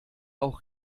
auch